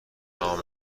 نام